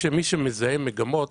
מי שמזהה מגמות